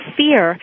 fear